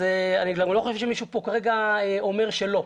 אז אני לא חושב שמישהו פה כרגע אומר שלא.